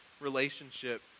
relationship